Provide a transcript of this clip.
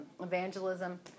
evangelism